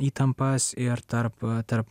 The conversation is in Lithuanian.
įtampas ir tarp tarp